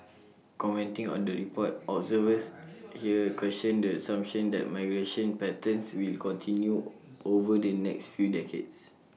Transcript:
commenting on the report observers here questioned the assumption that migration patterns will continue over the next few decades